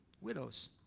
widows